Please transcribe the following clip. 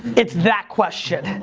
it's that question.